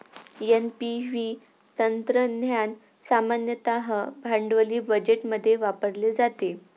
NPV तंत्रज्ञान सामान्यतः भांडवली बजेटमध्ये वापरले जाते